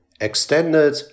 extended